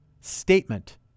statement